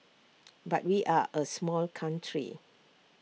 but we are A small country